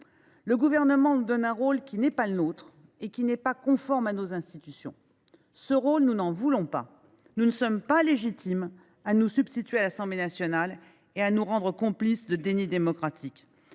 Le Gouvernement nous donne un rôle qui n’est pas le nôtre et qui n’est pas conforme à nos institutions. Ce rôle, nous n’en voulons pas. Nous n’avons aucune légitimité à nous substituer aux députés et à nous rendre complices d’un déni démocratique.